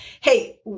Hey